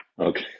Okay